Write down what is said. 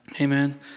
Amen